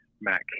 matt